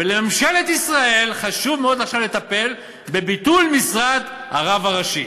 ולממשלת ישראל חשוב מאוד עכשיו לטפל בביטול משרת הרב הראשי.